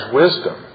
wisdom